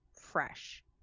fresh